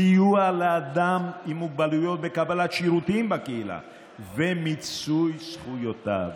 סיוע לאדם עם מוגבלויות בקבלת שירותים בקהילה ומיצוי זכויותיו.